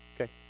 Okay